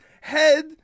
Head